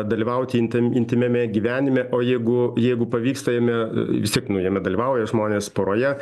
dalyvauti intim intymiame gyvenime o jeigu jeigu pavyksta jame vis tiek nu jame dalyvauja žmonės poroje